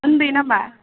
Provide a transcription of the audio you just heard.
उन्दै नामा